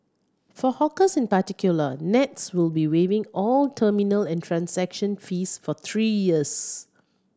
for hawkers in particular nets will be waiving all terminal and transaction fees for three years